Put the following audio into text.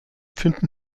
finden